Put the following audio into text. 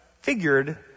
figured